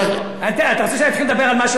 אתה רוצה שאני אתחיל לדבר על מה שלא בסדר?